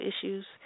issues